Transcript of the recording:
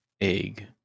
egg